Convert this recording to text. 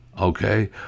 okay